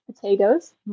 potatoes